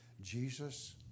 Jesus